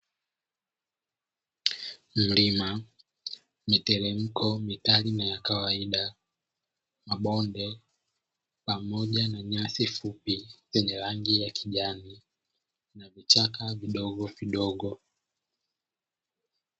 Mlima, miteremko mikali na ya kawaida, mabonde, pamoja na nyasi fupi zenye rangi ya kijani na vichaka vidogovidogo.